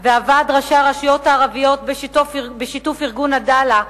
וועד ראשי הרשויות הערביות, בשיתוף ארגון "עדאלה",